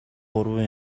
гурван